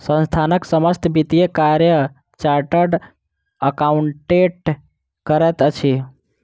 संस्थानक समस्त वित्तीय कार्य चार्टर्ड अकाउंटेंट करैत अछि